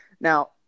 now